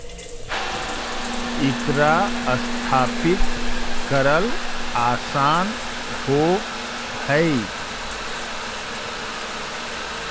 एकरा स्थापित करल आसान होब हई